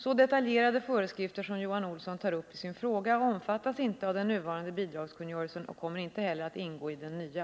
Så detaljerade föreskrifter som Johan Olsson tar upp i sin fråga omfattas inte av den nuvarande bidragskungörelsen och kommer inte heller att ingå i den nya.